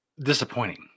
disappointing